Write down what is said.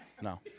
no